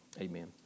Amen